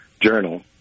journal